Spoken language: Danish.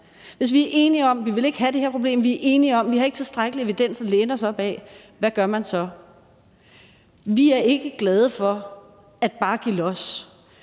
Hvis vi er enige om, at vi ikke vil have det her problem, og vi er enige om, at vi ikke har tilstrækkelig evidens at læne os op ad, hvad gør man så? Vi er ikke glade for bare at give los,